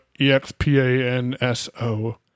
E-X-P-A-N-S-O